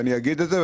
ואני אגיד את זה,